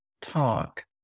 talk